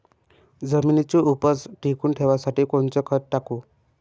जमिनीची उपज टिकून ठेवासाठी कोनचं खत टाकू?